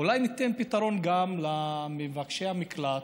אולי ניתן פתרון גם למבקשי המקלט,